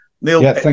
Neil